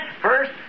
First